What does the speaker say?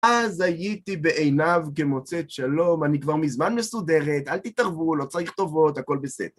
אז הייתי בעיניו כמוצאת שלום, אני כבר מזמן מסודרת, אל תתערבו, לא צריך טובות, הכל בסדר.